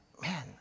man